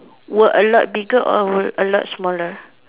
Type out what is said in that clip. were a lot bigger or a lot smaller